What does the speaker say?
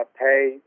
pay